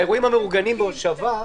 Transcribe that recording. האירועים המאורגנים בהושבה,